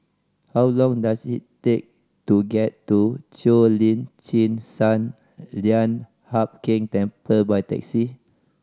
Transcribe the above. how long does it take to get to Cheo Lim Chin Sun Lian Hup Keng Temple by taxi